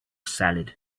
salad